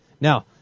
Now